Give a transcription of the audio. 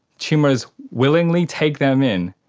tumours willingly take them in,